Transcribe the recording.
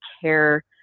care